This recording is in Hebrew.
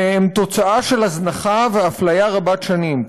והם תוצאה של הזנחה ואפליה רבות שנים.